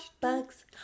bugs